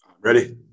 ready